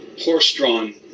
horse-drawn